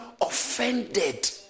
offended